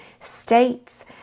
states